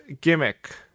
gimmick